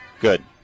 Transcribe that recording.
Good